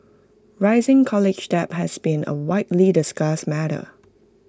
rising college debt has been A widely discussed matter